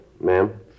Ma'am